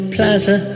Plaza